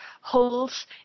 holes